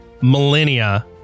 Millennia